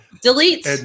delete